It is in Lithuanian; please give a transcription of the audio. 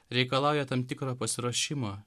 reikalauja tam tikro pasiruošimo